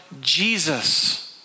Jesus